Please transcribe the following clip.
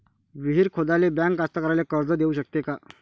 विहीर खोदाले बँक कास्तकाराइले कर्ज देऊ शकते का?